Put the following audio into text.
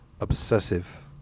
obsessive